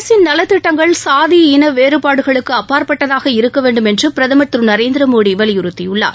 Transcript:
அரசின் நலத்திட்டங்கள் சாதி இன வேறுபாடுகளுக்கு அப்பாற்பட்டதாக இருக்க வேண்டும் என்று பிரதமர் திரு நரேந்திர மோடி வலியுறுத்தியுள்ளார்